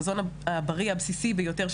המזון הבריא הבסיסי ביותר,